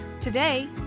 Today